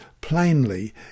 plainly